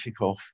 kickoff